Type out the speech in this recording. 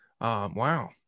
Wow